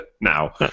now